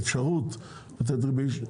אפשרות לתת ריבית,